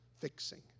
fixing